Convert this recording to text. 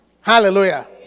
Hallelujah